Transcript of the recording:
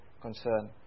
concern